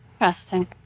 Interesting